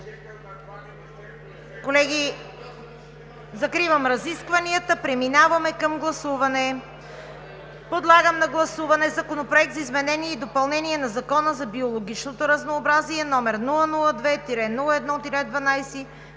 Колеги, закривам разискванията и преминаваме към гласуване. Подлагам на гласуване Законопроект за изменение и допълнение на Закона за биологичното разнообразие, № 002-01-12,